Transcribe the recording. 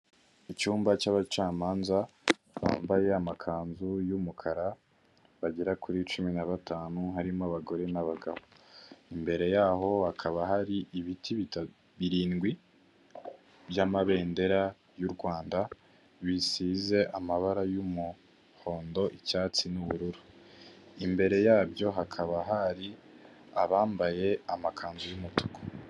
Icyumba cy'abacamanza bambaye amakanzu y'umukara bagera kuri cumi na batanu harimo abagore n'abagabo, imbere yaho hakaba hari ibiti birindwi by'amabendera y'u Rwanda bisize amabara y'umuhondo, icyatsi n'ubururu imbere yabyo hakaba hari abambaye amakanzu y'umutuku.